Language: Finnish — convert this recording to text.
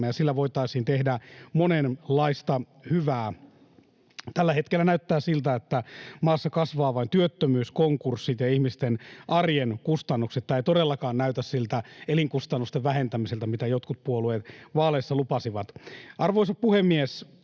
ja sillä voitaisiin tehdä monenlaista hyvää. Tällä hetkellä näyttää siltä, että maassa kasvaa vain työttömyys, konkurssit ja ihmisten arjen kustannukset. Tämä ei todellakaan näytä siltä elinkustannusten vähentämiseltä, mitä jotkut puolueen vaaleissa lupasivat. Arvoisa puhemies!